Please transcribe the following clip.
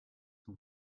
son